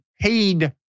paid